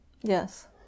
Yes